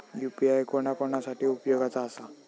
UPI कोणा कोणा साठी उपयोगाचा आसा?